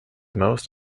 most